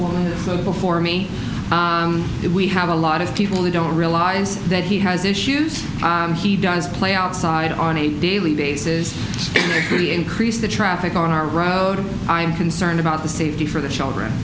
woman before me we have a lot of people who don't realize that he has issues he does play outside on a daily bases we increase the traffic on our road i am concerned about the safety for the children